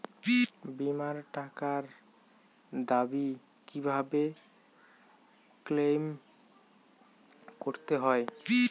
বিমার টাকার দাবি কিভাবে ক্লেইম করতে হয়?